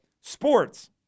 sports